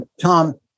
Tom